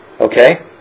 Okay